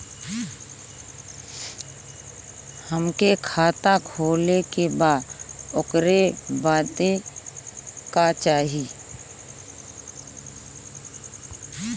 हमके खाता खोले के बा ओकरे बादे का चाही?